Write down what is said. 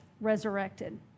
resurrected